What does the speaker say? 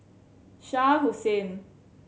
Shah Hussain